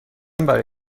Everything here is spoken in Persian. برای